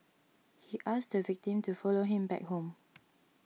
he asked the victim to follow him back home